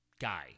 guy